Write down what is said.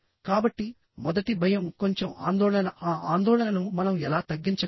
కాబట్టిమొదటి భయం కొంచెం ఆందోళన ఆ ఆందోళనను మనం ఎలా తగ్గించగలం